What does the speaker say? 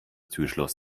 türschloss